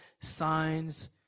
signs